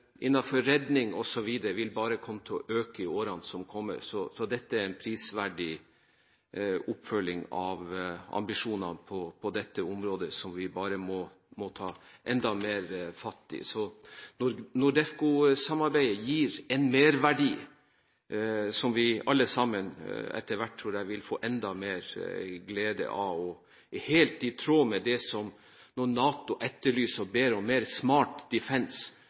bare vil komme til å øke i årene som kommer. Så dette er en prisverdig oppfølging av ambisjonene på dette området, som vi bare må ta enda mer fatt i. NORDECO-samarbeidet gir en merverdi som vi alle sammen etter hvert, tror jeg, vil få enda mer glede av, og